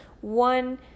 one